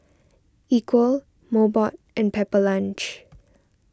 Equal Mobot and Pepper Lunch